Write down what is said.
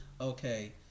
okay